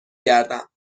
گردم